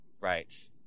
Right